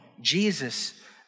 Jesus